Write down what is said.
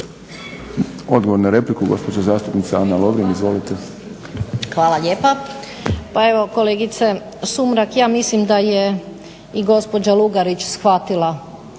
Odgovor na repliku, gospođa zastupnica Ana Lovrin. Izvolite. **Lovrin, Ana (HDZ)** Hvala lijepa. Pa evo kolegice Sumrak ja mislim da je i gospođa Lugarić shvatila